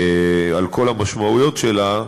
על כל המשמעויות שלה,